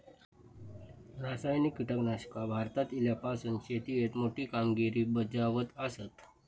रासायनिक कीटकनाशका भारतात इल्यापासून शेतीएत मोठी कामगिरी बजावत आसा